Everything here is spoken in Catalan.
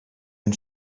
han